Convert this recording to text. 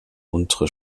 untere